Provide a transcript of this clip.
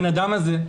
האדם הזה,